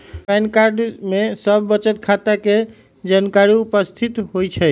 pan card में सभ बचत खता के जानकारी उपस्थित होइ छइ